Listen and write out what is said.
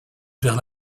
vers